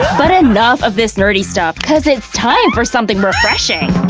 but enough of this nerdy stuff, cos it's time for something refreshing!